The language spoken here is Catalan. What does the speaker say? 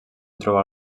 trobar